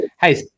Hey